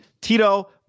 Tito